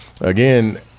again